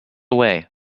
way